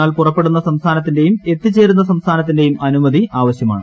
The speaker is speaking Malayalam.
എന്നാൽ പുറപ്പെടുന്ന സംസ്ഥാനത്തിന്റെയും എത്തിച്ചേരുന്ന സംസ്ഥാനത്തിന്റെയും അനുമതി ആവശ്യമാണ്